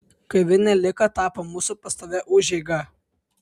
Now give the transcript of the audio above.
kavinė lika tapo mūsų pastovia užeiga